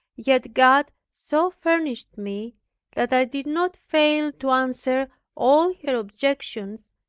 yet god so furnished me that i did not fail to answer all her objections,